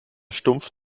stumpf